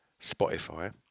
Spotify